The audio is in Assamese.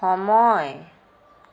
সময়